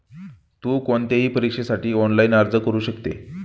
तु कोणत्याही परीक्षेसाठी ऑनलाइन अर्ज करू शकते